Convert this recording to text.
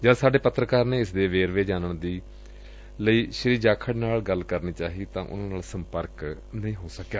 ਜਦ ਸਾਡੇ ਪੱਤਰਕਾਰ ਨੇ ਇਸ ਦੇ ਵੇਰਵੇ ਜਾਣਨ ਲਈ ਸ੍ਰੀ ਜਾਖੜ ਨਾਲ ਗੱਲ ਕਰਨੀ ਚਾਹੀ ਤਾਂ ਉਨੂਾਂ ਨਾਲ ਸੰਪਰਕ ਨਹੀਂ ਹੋ ਸਕਿਆ